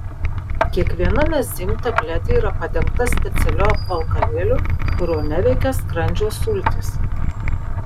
kiekviena mezym tabletė yra padengta specialiu apvalkalėliu kurio neveikia skrandžio sultys